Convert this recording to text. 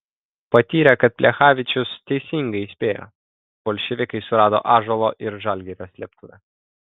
patyrė kad plechavičius teisingai įspėjo bolševikai surado ąžuolo ir žalgirio slėptuvę